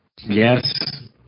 Yes